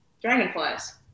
dragonflies